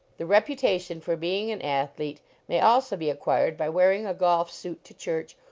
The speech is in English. the reputation for being an athlete may also be acquired by wearing a golf suit to church,